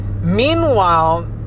Meanwhile